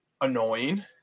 annoying